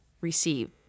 receive